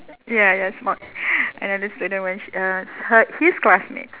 ya ya and then this later when she uh her his classmate